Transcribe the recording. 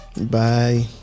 Bye